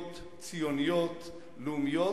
תוכניות ציוניות-לאומיות,